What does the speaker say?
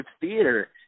theater